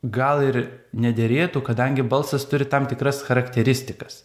gal ir nederėtų kadangi balsas turi tam tikras charakteristikas